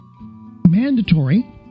mandatory